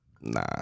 Nah